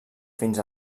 fins